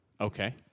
Okay